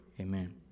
Amen